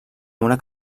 una